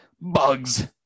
bugs